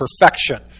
perfection